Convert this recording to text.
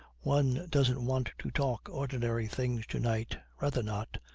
one doesn't want to talk ordinary things to-night. rather not.